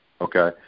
Okay